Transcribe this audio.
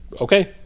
okay